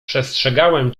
przestrzegałem